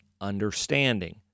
understanding